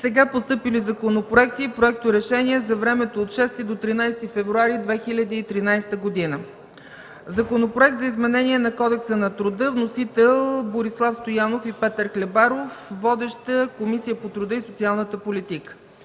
Постъпили законопроекти и проекторешения за времето от 6 до 13 февруари 2013 г., както следва: Законопроект за изменение на Кодекса на труда. Вносители – Борислав Стоянов и Петър Хлебаров. Водеща е Комисията по труда и социалната политика.